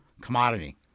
commodity